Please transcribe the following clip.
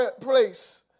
place